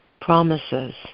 Promises